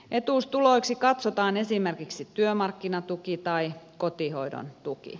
etuustuloiksi katsotaan esimerkiksi työmarkkinatuki tai kotihoidon tuki